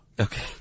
Okay